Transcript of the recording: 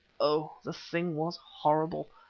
oh! the thing was horrible,